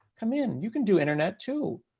come in, you can do internet too.